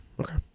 okay